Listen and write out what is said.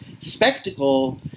spectacle